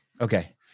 Okay